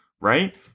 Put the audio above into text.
right